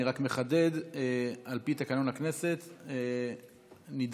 אני רק מחדד: על פי תקנון הכנסת נדרש,